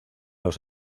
los